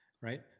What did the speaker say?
right